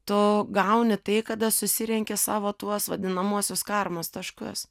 tu gauni tai kada susirenki savo tuos vadinamuosius karmos taškus